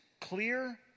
clear